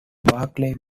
barclay